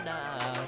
now